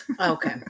Okay